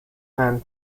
and